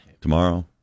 Tomorrow